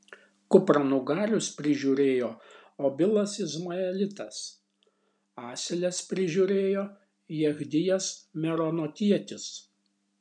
kupranugarius prižiūrėjo obilas izmaelitas asiles prižiūrėjo jechdijas meronotietis